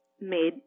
made